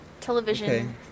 Television